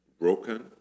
broken